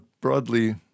broadly